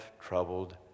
troubled